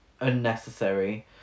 unnecessary